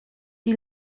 die